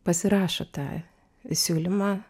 pasirašo tą siūlymą